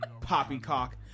Poppycock